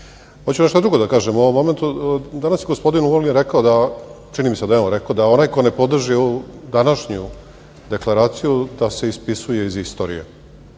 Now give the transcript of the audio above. nešto drugo da kažem u ovom momentu. Danas je gospodin Vulin rekao da… čini mi se da je on rekao, onaj ko ne podrži današnju deklaraciju, da se ispisuje iz istorije.